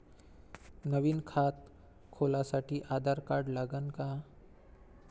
नवीन खात खोलासाठी आधार कार्ड लागन का?